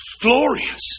glorious